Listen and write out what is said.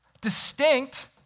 Distinct